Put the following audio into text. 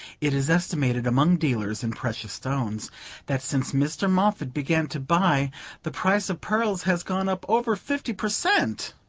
it is estimated among dealers in precious stones that since mr. moffatt began to buy the price of pearls has gone up over fifty per cent